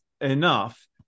enough